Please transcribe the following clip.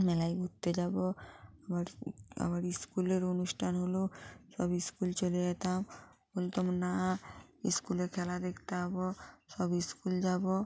মেলায় ঘুরতে যাবো আবার আবার স্কুলের অনুষ্ঠান হলো সব স্কুল চলে যেতাম বলতাম না স্কুলে খেলা দেখতে যাবো সব স্কুল যাবো